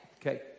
Okay